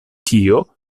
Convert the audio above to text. tio